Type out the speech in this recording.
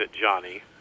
Johnny